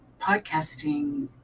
podcasting